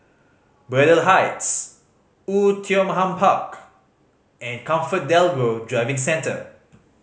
Braddell Heights Oei Tiong Ham Park and ComfortDelGro Driving Centre